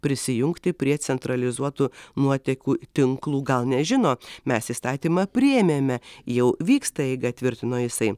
prisijungti prie centralizuotų nuotekų tinklų gal nežino mes įstatymą priėmėme jau vyksta eiga tvirtino jisai